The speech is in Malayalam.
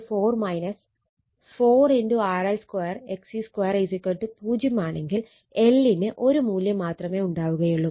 മറ്റൊരു കാര്യം ZC4 4 RL2 XC2 0 ആണെങ്കിൽ L ന് ഒരു മൂല്യം മാത്രമേ ഉണ്ടാവുകയുള്ളു